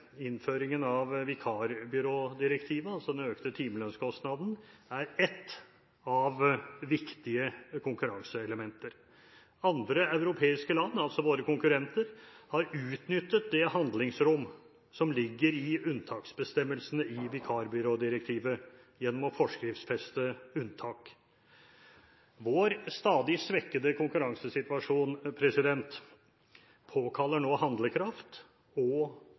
innføringen av vikarbyrådirektivet, altså den økte timelønnskostnaden, er ett av viktige konkurranseelementer. Andre europeiske land – våre konkurrenter – har utnyttet det handlingsrom som ligger i unntaksbestemmelsene i vikarbyrådirektivet gjennom å forskriftsfeste unntak. Vår stadig svekkede konkurransesituasjon påkaller nå handlekraft og